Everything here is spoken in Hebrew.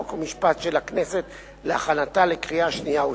חוק ומשפט של הכנסת להכנתה לקריאה שנייה ושלישית.